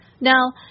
Now